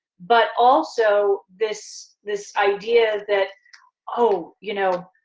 but also this this idea that oh you know.